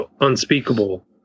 unspeakable